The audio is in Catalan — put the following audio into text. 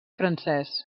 francès